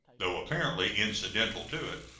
though apparently incidental to it.